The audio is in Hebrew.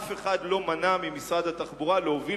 אף אחד לא מנע ממשרד התחבורה להוביל